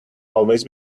always